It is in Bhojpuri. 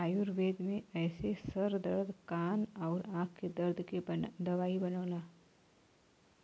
आयुर्वेद में एसे सर दर्द कान आउर आंख के दर्द के दवाई बनला